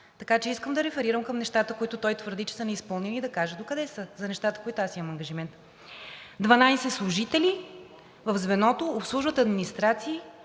Така че искам да реферирам към нещата, които той твърди, че са неизпълнени, и да кажа докъде са нещата, за които аз имам ангажимент. Дванадесет служители в звеното обслужват администрации